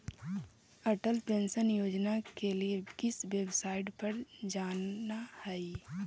Atal pension Yojana के लिए किस वेबसाईट पर जाना हई